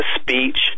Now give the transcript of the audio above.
speech